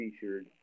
featured